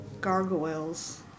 gargoyles